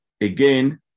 again